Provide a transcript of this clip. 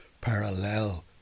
parallel